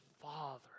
father